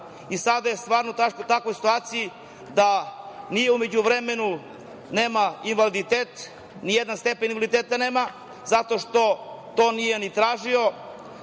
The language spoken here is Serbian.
i sada je u takvoj situaciji da u međuvremenu nema invaliditet, ni jedan stepen invaliditeta nema zato što to nije ni tražio.